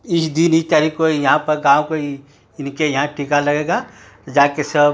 इस दिन इस तारीख को यहाँ पर गाँव का इनके यहाँ टीका लगेगा जा कर सब